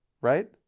right